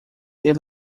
ele